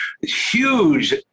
huge